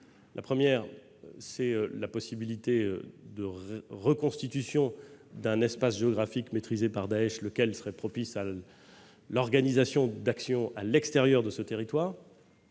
façons. Tout d'abord, il y a la reconstitution d'un espace géographique maîtrisé par Daech, lequel serait propice à l'organisation d'actions à l'extérieur de ce territoire.